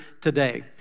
today